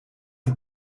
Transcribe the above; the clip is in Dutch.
een